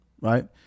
right